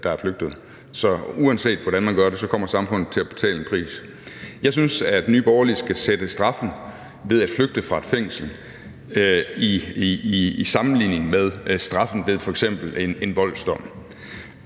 der er flygtet. Så uanset hvordan man gør det, kommer samfundet til at betale en pris. Jeg synes, at Nye Borgerlige skal sætte straffen ved at flygte fra et fængsel op mod straffen ved f.eks. en voldsdom.